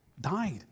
died